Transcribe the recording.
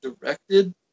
directed